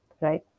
right